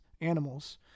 animals